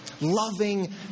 Loving